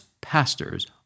pastors